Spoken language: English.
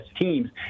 teams